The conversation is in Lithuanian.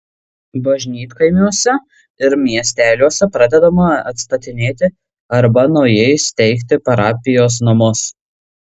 bažnytkaimiuose ir miesteliuose pradedama atstatinėti arba naujai steigti parapijos namus